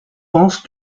pensent